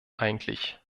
eigentlich